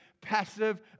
passive